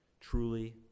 truly